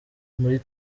muri